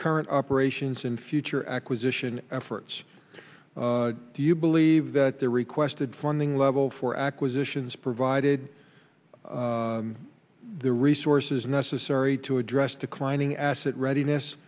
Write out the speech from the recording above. current operations and future acquisition efforts do you believe that the requested funding level for acquisitions provided the resources necessary to address declining asset readiness